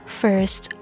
first